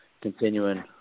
continuing